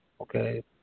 Okay